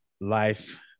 Life